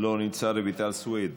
לא נמצא, רויטל סויד,